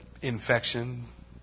infection